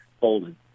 folded